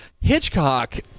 Hitchcock